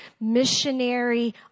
missionary